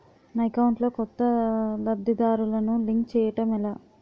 నా అకౌంట్ లో కొత్త లబ్ధిదారులను లింక్ చేయటం ఎలా?